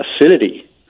acidity